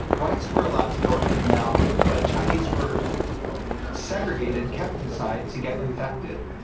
white's were allowed to go in and out, but chinese were segregated and kept inside to get infected.